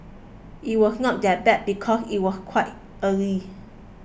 it was not that bad because it was quite early